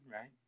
right